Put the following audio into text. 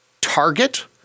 Target